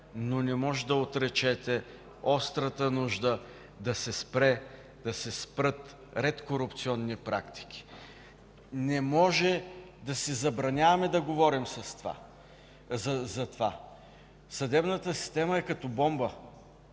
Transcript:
може обаче да отречете острата нужда да се спрат ред корупционни практики. Не може да си забраняваме да говорим за това. Съдебната система е като бомба